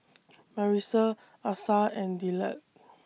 Marisa Asa and Dillard